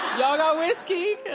y'all got whiskey?